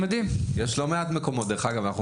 יש לא מעט מקומות כאלה, דרך אגב.